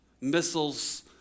missiles